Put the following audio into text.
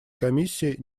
комиссии